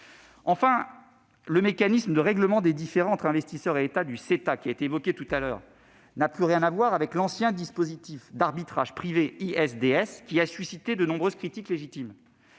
Enfin, le mécanisme de règlement des différends entre investisseurs et États du CETA, qui a été évoqué voilà quelques instants, n'a plus rien à voir avec l'ancien dispositif d'arbitrage privé (ISDS), qui a suscité de nombreuses critiques légitimes.